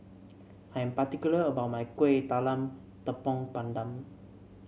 I'm particular about my Kueh Talam Tepong Pandan